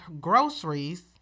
groceries